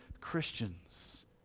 Christians